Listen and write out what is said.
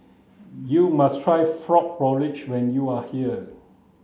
you must try frog porridge when you are here